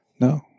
No